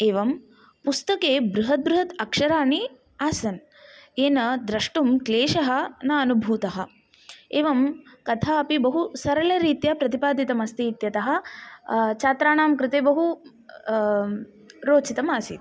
एवं पुस्तके बृहत् बृहत् अक्षराणि आसन् येन द्रष्टुं क्लेशः न अनुभूतः एवं कथाऽपि बहु सरलरीत्या प्रतिपादितम् अस्ति इत्यतः छात्राणां कृते बहु रोचितम् आसीत्